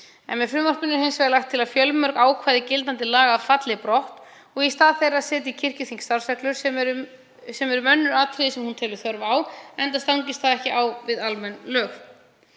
Með frumvarpinu er hins vegar lagt til að fjölmörg ákvæði gildandi laga falli brott og í stað þeirra setji kirkjuþing starfsreglur sem eru um önnur atriði sem hún telur þörf á enda stangist það ekki á við almenn lög.